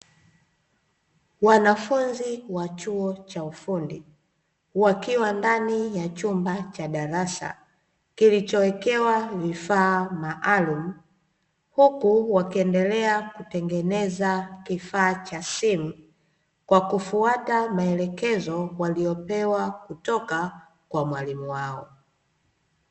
Wanafunzi wa chuo cha ufundi, wakiwa ndani ya chumba cha darasa, kilichowekewa vifaa maalumu, huku wakiendelea kutengenezea kifaa cha simu, kwa kufuata maelekezo waliyopewa kutoka kwa mwalimu wao.